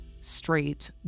straight